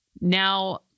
Now